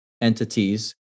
entities